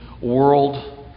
world